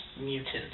mutant